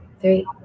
three